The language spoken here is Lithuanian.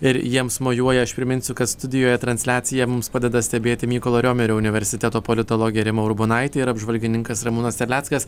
ir jiems mojuoja aš priminsiu kad studijoje transliaciją mums padeda stebėti mykolo riomerio universiteto politologė rima urbonaitė ir apžvalgininkas ramūnas terleckas